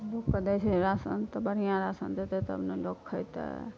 लोक कऽ दै छै राशन तऽ बढ़िआँ राशन देतै तब ने लोक खयतै